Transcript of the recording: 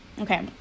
okay